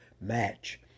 match